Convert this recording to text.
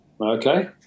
Okay